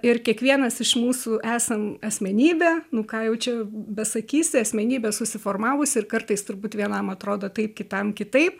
ir kiekvienas iš mūsų esam asmenybė nu ką jau čia besakysi asmenybė susiformavusi ir kartais turbūt vienam atrodo taip kitam kitaip